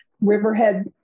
riverhead